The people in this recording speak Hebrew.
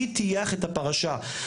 מי טייח את הפרשה,